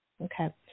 Okay